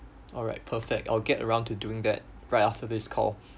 alright perfect I'll get around to doing that right after this call